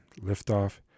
liftoff